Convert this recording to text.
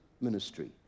ministry